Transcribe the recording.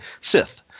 Sith